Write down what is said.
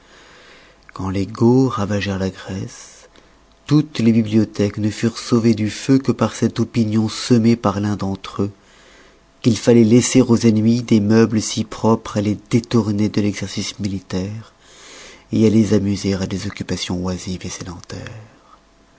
quand les goths ravagèrent la grece toutes les bibliothèques ne furent sauvées du feu que par cette opinion semée par l'un d'entre eux qu'il falloit laisser aux ennemis des meubles si propres à les détourner de l'exercice militaire à les amuser à des occupations oisives